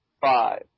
five